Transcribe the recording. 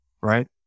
right